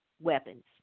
weapons